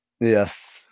Yes